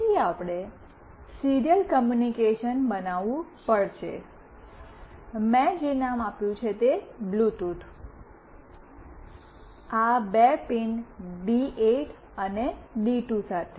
તેથી પહેલા આપણે સીરીયલ કમ્યુનિકેશન બનાવવું પડશે મેં જે નામ આપ્યું છે તે છે "બ્લૂટૂથ" આ બે પિન ડી8 અને ડી2 સાથે